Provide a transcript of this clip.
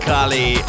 Kali